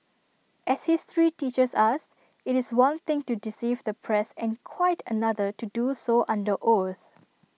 as history teaches us IT is one thing to deceive the press and quite another to do so under oath